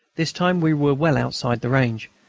this time we were well outside the range,